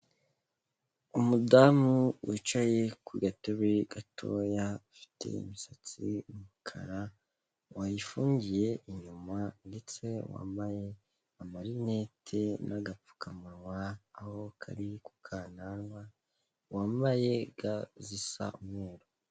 Umudamu wicaye ku gatebe gatoya, afite imisatsi y'umukara, wayifungiye inyuma ndetse wambaye amarinete n'agapfukamunwa, aho kari ku kananwa, wambaye ga zisa umweru.